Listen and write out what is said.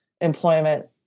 employment